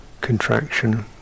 contraction